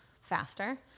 faster